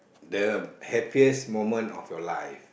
the happiest moment of your life